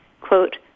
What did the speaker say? quote